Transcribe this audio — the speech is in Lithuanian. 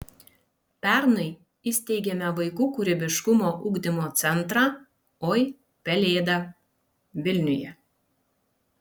pernai įsteigėme vaikų kūrybiškumo ugdymo centrą oi pelėda vilniuje